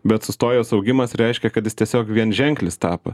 bet sustojęs augimas reiškia kad jis tiesiog vienženklis tapo